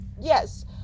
yes